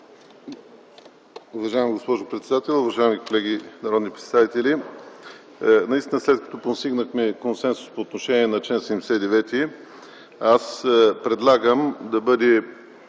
Уважаема госпожо председател, уважаеми колеги народни представители! Наистина след като постигнахме консенсус по отношение на чл. 79, предлагам да остане